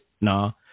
No